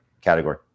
category